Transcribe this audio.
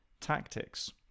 tactics